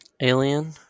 Alien